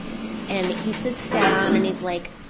and he sits down and he's like,